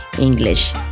English